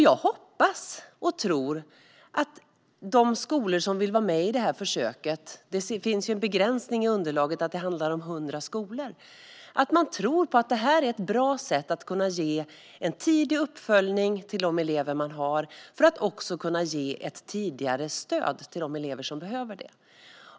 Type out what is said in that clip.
Jag hoppas och tror att de skolor som vill vara med i det här försöket - det finns ju en begränsning på 100 skolor i underlaget - tror att det här är ett bra sätt att kunna ge en tidig uppföljning till de elever man har för att också kunna ge ett tidigare stöd till de elever som behöver det.